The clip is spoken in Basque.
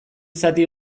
zati